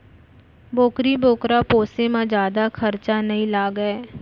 बोकरी बोकरा पोसे म जादा खरचा नइ लागय